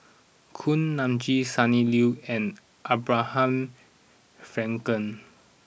Kuak Nam Jin Sonny Liew and Abraham Frankel